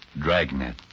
Dragnet